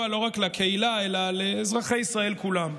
לא רק לקהילה אלא לאזרחי ישראל כולם,